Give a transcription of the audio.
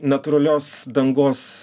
natūralios dangos